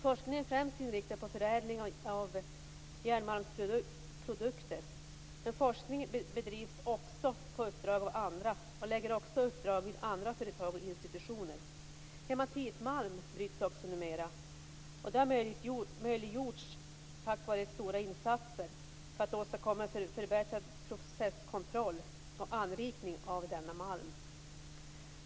Forskningen är främst inriktad på förädling av järnmalmsprodukter, men man lägger också ut forskningsuppdrag på andra företag och institutioner. Numera bryts också hematitmalm, vilket har möjliggjorts tack vare stora insatser för åstadkommande av förbättrad processkontroll och anrikning av denna malm.